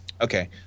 Okay